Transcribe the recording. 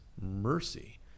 mercy